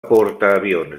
portaavions